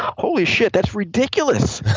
holy shit, that's ridiculous.